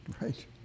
Right